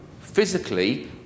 physically